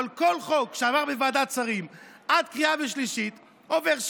כל חוק שעבר בוועדת שרים עד הקריאה השלישית עובר שינויים.